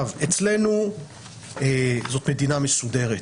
אצלנו זו מדינה מסודרת,